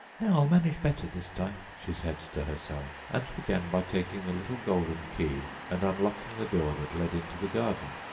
now, i'll manage better this time she said to herself, and began by taking the little golden key, and unlocking the door that led into the garden.